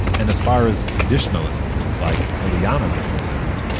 and as far as traditionalists like eliana were concerned,